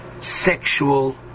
sexual